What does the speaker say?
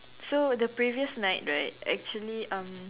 so the previous night right actually um